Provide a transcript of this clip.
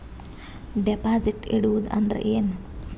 Deposit ಇಡುವುದು ಅಂದ್ರ ಏನ?